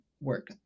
work